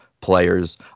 players